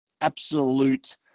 absolute